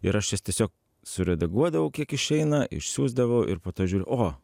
ir aš jas tiesio suredaguodavau kiek išeina išsiųsdavau ir po to žiūriu o